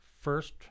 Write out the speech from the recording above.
first